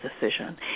decision